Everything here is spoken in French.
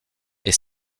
est